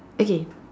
okay